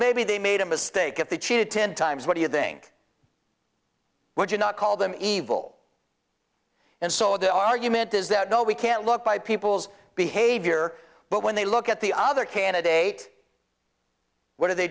maybe they made a mistake if they cheated ten times what do you think would you not call them evil and so the argument is that no we can't look by people's behavior but when they look at the other candidate what do they